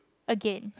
again